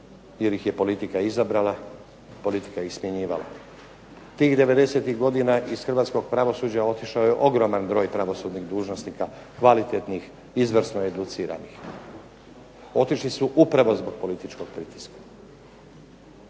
jer ih je politika izabrala, politika ih je smjenjivala. Tih '90.-ih godina iz hrvatskog pravosuđa otišao je ogroman broj pravosudnih dužnosnika, kvalitetnih, izvrsno educiranih. Otišli su upravo zbog političkog pritiska.